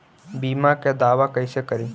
बीमा के दावा कैसे करी?